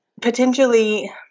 potentially